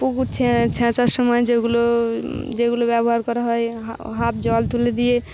পুকুর ছে ছেঁচার সময় যেগুলো যেগুলো ব্যবহার করা হয় হ হাফ জল তুলে দিয়ে